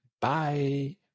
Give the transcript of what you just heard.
Bye